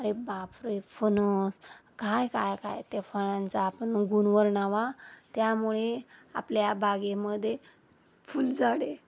अरे बापरे फणस काय काय काय ते फळांचा आपण गुण वर्णावा त्यामुळे आपल्या बागेमध्ये फुलझाडे